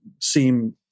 seem